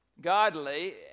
godly